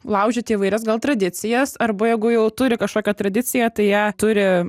laužyti įvairias gal tradicijas arba jeigu jau turi kažkokią tradiciją tai ją turi